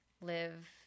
live